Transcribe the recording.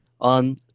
on